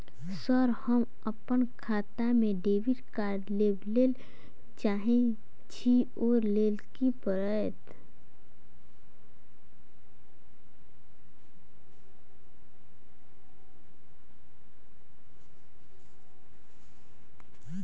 Sir हम अप्पन खाता मे डेबिट कार्ड लेबलेल चाहे छी ओई लेल की परतै?